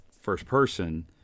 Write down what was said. first-person